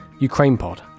ukrainepod